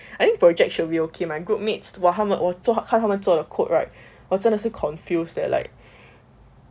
I think project should be okay my groupmates !wah! 他们我做看他们做了 code right 我真的是 confused leh like